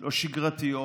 לא שגרתיות,